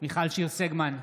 מיכל שיר סגמן,